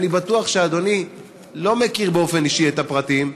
אני בטוח שאדוני לא מכיר באופן אישי את הפרטים,